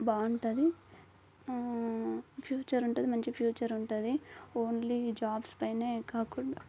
బాగుంటుంది ఫ్యూచర్ ఉంటుంది మంచి ఫ్యూచర్ ఉంటుంది ఓన్లీ జాబ్స్ పైనే కాకుండా